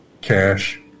cash